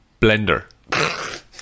blender